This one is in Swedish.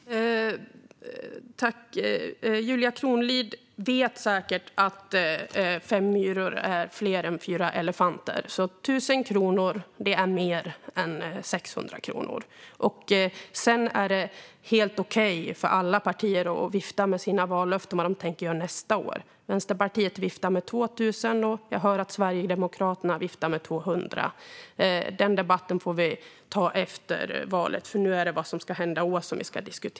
Herr talman! Julia Kronlid vet säkert att fem myror är fler än fyra elefanter. 1 000 kronor är mer än 600 kronor. Sedan är det helt okej att alla partier viftar med sina vallöften om vad de tänker göra nästa år. Vänsterpartiet viftar med 2 000, och jag hör att Sverigedemokraterna viftar med 200. Men den debatten får vi ta efter valet. Nu diskuterar vi vad som ska hända i år.